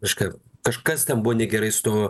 reiškia kažkas ten buvo negerai su tuo